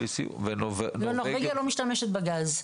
לא, נורבגיה לא משתמשת בגז.